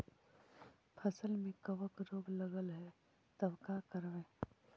फसल में कबक रोग लगल है तब का करबै